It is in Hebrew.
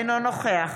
אינו נוכח